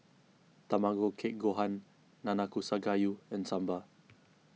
Tamago Kake Gohan Nanakusa Gayu and Sambar